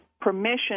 permission